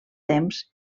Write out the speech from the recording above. temps